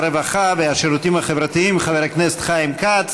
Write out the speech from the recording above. הרווחה והשירותים החברתיים חבר הכנסת חיים כץ.